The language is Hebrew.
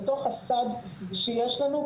בתוך הסד שיש לנו,